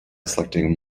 selecting